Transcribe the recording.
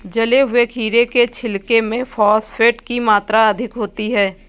जले हुए खीरे के छिलके में फॉस्फेट की मात्रा अधिक होती है